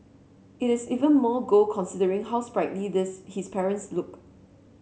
it is even more gold considering how sprightly this his parents look